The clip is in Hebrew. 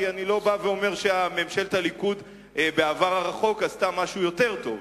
כי אני לא אומר שממשלת הליכוד בעבר הרחוק עשתה משהו יותר טוב,